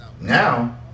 Now